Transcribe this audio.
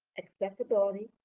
accessibility,